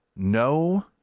No